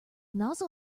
nozzle